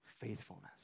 faithfulness